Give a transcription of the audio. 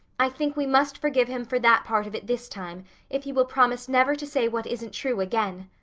i think we must forgive him for that part of it this time if he will promise never to say what isn't true again.